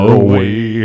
away